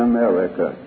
America